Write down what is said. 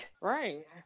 Right